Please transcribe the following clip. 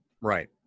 Right